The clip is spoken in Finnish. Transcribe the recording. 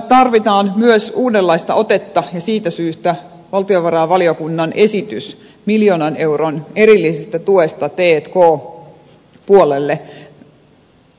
tarvitaan myös uudenlaista otetta ja siitä syystä valtiovarainvaliokunnan esitys miljoonan euron erillisestä tuesta t k puolelle